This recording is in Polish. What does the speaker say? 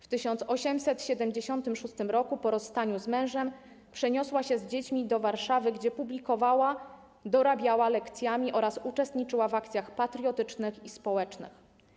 W 1876 roku, po rozstaniu z mężem, przeniosła się z dziećmi do Warszawy, gdzie publikowała, dorabiała lekcjami oraz uczestniczyła w akcjach patriotycznych i społecznych.